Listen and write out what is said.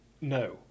No